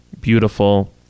beautiful